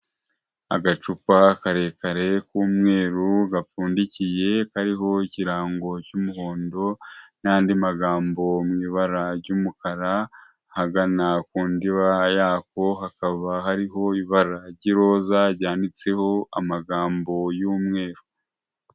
Agacupa karekare k'umweru gapfundikiye kariho ikirango cy'umuhondo n'andi magambo mu ibara ry'umukara, ahagana ku ndiba yako hakaba hariho ibara ry'iroza ryanditseho amagambo y'umweru.